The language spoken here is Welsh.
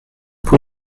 pwy